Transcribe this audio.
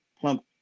plump